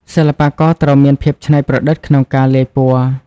សិល្បករត្រូវមានភាពច្នៃប្រឌិតក្នុងការលាយពណ៌។